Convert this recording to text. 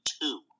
two